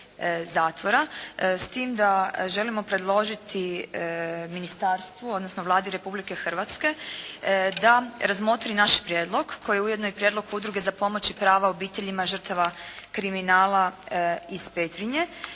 zatvora s tim da želimo predložiti ministarstvu, odnosno Vladi Republike Hrvatske da razmotri naš prijedlog koji je ujedno i prijedlog Udruge za pomoć i prava obiteljima žrtava kriminala iz Petrinje